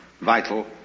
vital